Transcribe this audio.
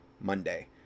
monday